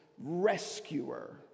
rescuer